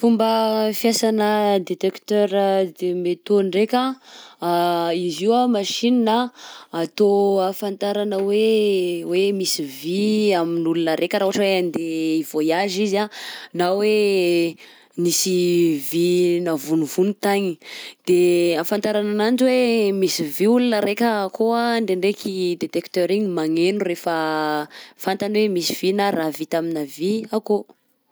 Fomba fiasanà détecteur de métaux ndraika, izy io anh machine anh atao ahafantarana hoe hoe misy vy amin'olona raika raha ohatra hoe andeha hi-voyage izy anh na hoe nisy vy navonivony tagny, de ahafantarana ananjy hoe misy vy olona raika akao anh ndraindraiky détecteur igny magneno rehefa fantany hoe misy vy na raha vita aminà vy akao.